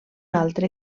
altre